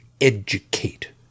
educate